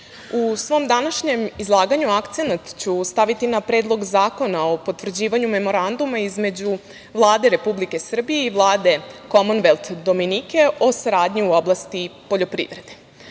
u svom današnjem izlaganju akcenat ću staviti na Predlog zakona o potvrđivanju Memoranduma između Vlade Republike Srbije i Vlade Komonvelt Dominike o saradnji u oblasti poljoprivrede. Na